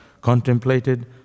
contemplated